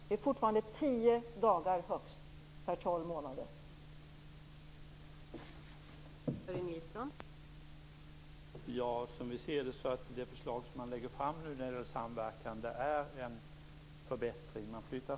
Det rör sig fortfarande om högst tio dagar per tovmånadersperiod.